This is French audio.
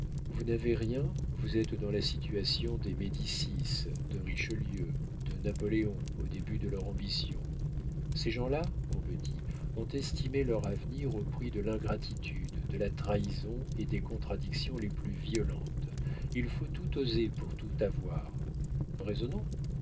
vous n'avez rien vous êtes dans la situation des médicis de richelieu de napoléon au début de leur ambition ces gens-là mon petit ont estimé leur avenir au prix de l'ingratitude de la trahison et des contradictions les plus violentes il faut tout oser pour tout avoir raisonnons